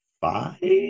five